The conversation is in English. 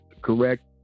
correct